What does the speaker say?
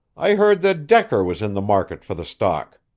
i heard that decker was in the market for the stock,